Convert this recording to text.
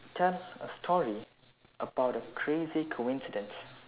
tell a story about a crazy coincidence